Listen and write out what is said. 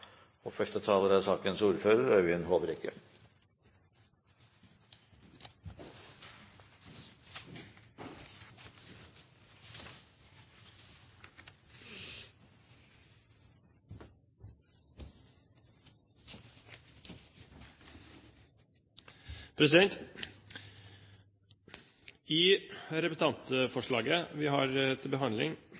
I representantforslaget vi har til behandling,